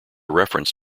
reference